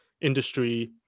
industry